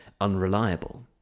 unreliable